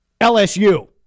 LSU